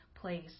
place